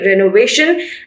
renovation